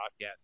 podcast